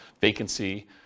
vacancy